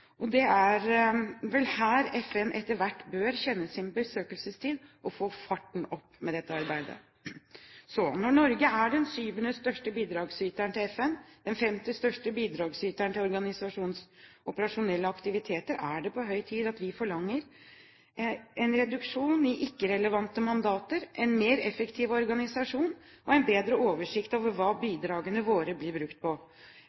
og det er vel her FN etter hvert bør kjenne sin besøkelsestid og få farten opp med dette arbeidet. Så, når Norge er den syvende største bidragsyteren til FN, den femte største bidragsyteren til organisasjonens operasjonelle aktiviteter, er det på høy tid at vi forlanger en reduksjon i ikke-relevante mandater, en mer effektiv organisasjon og en bedre oversikt over hva